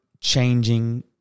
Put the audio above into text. changing